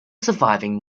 surviving